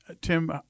Tim